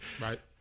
Right